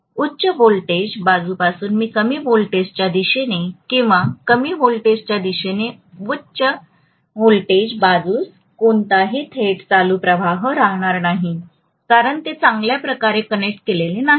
तर उच्च व्होल्टेज बाजूपासून कमी व्होल्टेजच्या दिशेने किंवा कमी व्होल्टेजच्या दिशेने उच्च व्होल्टेज बाजूस कोणताही थेट चालू प्रवाह राहणार नाही कारण ते चांगल्या प्रकारे कनेक्ट केलेले नाहीत